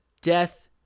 death